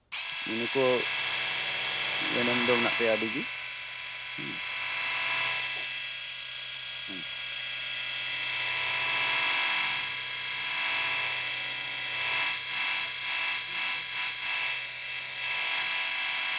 ᱱᱤᱭᱟᱹ ᱠᱚ ᱮᱱᱮᱢ ᱫᱚ ᱢᱮᱱᱟᱜ ᱛᱟᱭᱟ ᱟᱹᱰᱤ ᱜᱮ ᱦᱩᱸ ᱦᱩᱸ